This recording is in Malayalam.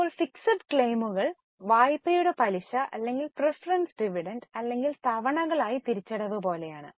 ഇപ്പോൾ ഫിക്സഡ് ക്ലെയിമുകൾ വായ്പയുടെ പലിശ അല്ലെങ്കിൽ പ്രീഫെറെൻസ് ഡിവിഡന്റ് അല്ലെങ്കിൽ തവണകളായി തിരിച്ചടവ് പോലെയാണ്